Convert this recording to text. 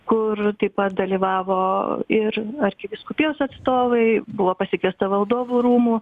kur taip pat dalyvavo ir arkivyskupijos atstovai buvo pasigesta valdovų rūmų